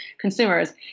consumers